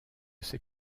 sait